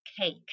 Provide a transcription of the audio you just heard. cake